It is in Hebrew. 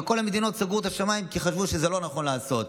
וכל המדינות סגרו את השמיים כי חשבו שזה מה שנכון לעשות.